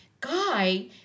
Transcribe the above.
guy